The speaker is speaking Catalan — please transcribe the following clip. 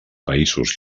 països